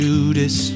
Judas